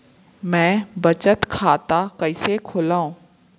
मै बचत खाता कईसे खोलव?